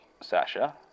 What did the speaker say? Sasha